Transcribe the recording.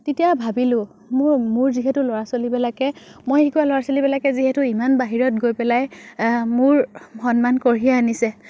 তেতিয়া ভাবিলোঁ মোৰ মোৰ যিহেতু ল'ৰা ছোৱালীবিলাকে মই শিকোৱা ল'ৰা ছোৱালীবিলাকে যিহেতু ইমান বাহিৰত গৈ পেলাই মোৰ সন্মান কঢ়িয়াই আনিছে